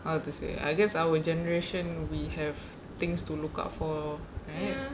how to say I guess our generation we have things to look out for right